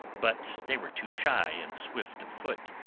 but they were too shy and swift of foot,